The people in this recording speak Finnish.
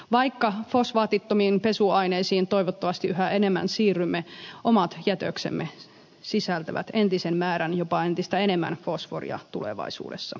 vaikka fosfaatittomiin pesuaineisiin toivottavasti yhä enemmän siirrymme omat jätöksemme sisältävät entisen määrän jopa entistä enemmän fosforia tulevaisuudessa